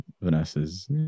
Vanessa's